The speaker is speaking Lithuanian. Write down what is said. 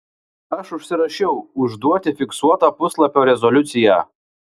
aš užsirašiau užduoti fiksuotą puslapio rezoliuciją